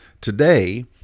Today